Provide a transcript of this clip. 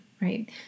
right